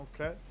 Okay